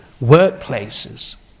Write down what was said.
workplaces